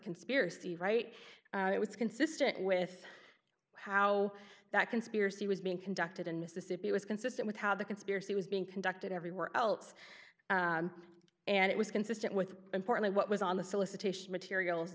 conspiracy right it was consistent with how that conspiracy was being conducted in mississippi was consistent with how the conspiracy was being conducted everywhere else and it was consistent with important what was on the